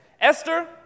Esther